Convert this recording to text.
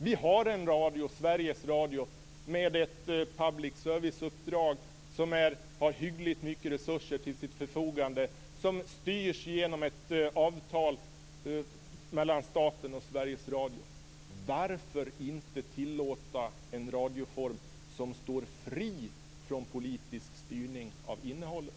Vi har Sveriges Radio med public serviceuppdrag som har hyggligt mycket resurser till sitt förfogande och som styrs genom ett avtal mellan staten och Sveriges Radio. Varför inte tillåta en radioform som står fri från politisk styrning av innehållet?